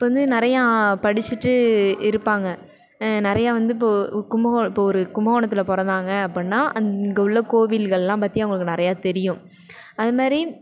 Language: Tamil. இப்போ வந்து நிறையா படிச்சிட்டு இருப்பாங்க நிறையா வந்து இப்போ கும்பகோ இப்போ ஒரு கும்பகோணத்தில் பிறந்தாங்க அப்புடின்னா இங்கே உள்ள கோவிகள்லாம் பற்றி அவங்களுக்கு நிறையா தெரியும் அதுமாதிரி